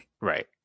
Right